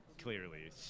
Clearly